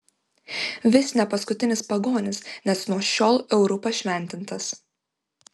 vis ne paskutinis pagonis nes nuo šiol euru pašventintas